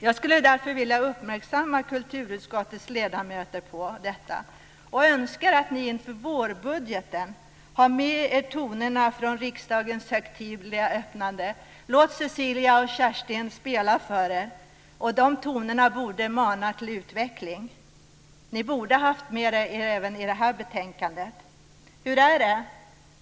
Jag skulle därför vilja uppmärksamma kulturutskottets ledamöter på detta och önskar att ni inför vårbudgeten har med er tonerna från riksmötets högtidliga öppnande. Låt Cecilia och Kerstin spela för er. Dessa toner borde mana till utveckling. Ni borde ha haft det med även i detta betänkande. Hur är det?